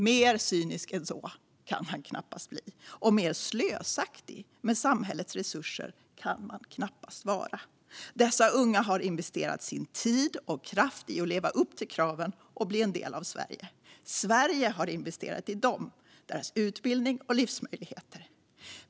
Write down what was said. Mer cynisk än så kan man knappast bli. Och mer slösaktig med samhällets resurser kan man knappast vara. Dessa unga har investerat sin tid och kraft i att leva upp till kraven och bli en del av Sverige. Sverige har investerat i dem, deras utbildning och deras livsmöjligheter.